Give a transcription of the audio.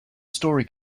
story